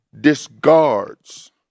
discards